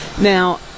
Now